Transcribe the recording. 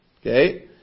Okay